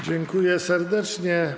Dziękuję serdecznie.